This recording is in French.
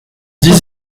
dix